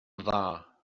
dda